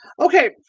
Okay